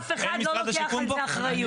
אף אחד לא לוקח על זה אחריות.